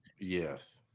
Yes